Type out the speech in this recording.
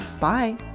Bye